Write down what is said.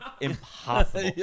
impossible